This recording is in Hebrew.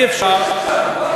אי-אפשר,